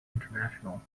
international